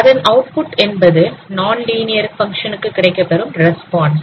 அதின் அவுட்புட் என்பது நான்லீனியர் பங்ஷனுக்கு கிடைக்கப்பெறும் ரெஸ்பான்ஸ்